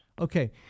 Okay